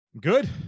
Good